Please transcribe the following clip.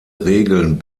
regeln